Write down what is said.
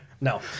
No